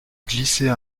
glisser